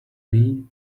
knee